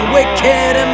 Wicked